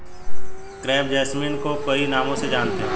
crepe jasmine को कई नामों से जानते हैं